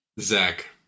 zach